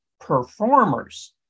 performers